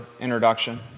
introduction